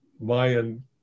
Mayan